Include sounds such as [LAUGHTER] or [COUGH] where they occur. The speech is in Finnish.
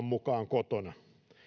[UNINTELLIGIBLE] mukaan kotona